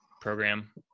Program